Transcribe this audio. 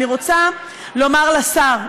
אני רוצה לומר לשר,